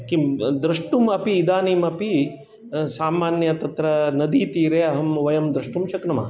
किं दृष्टुम् अपि इदानीमपि सामान्यः तत्र नदीतीरे अहं वयं दृष्टुं शक्नुमः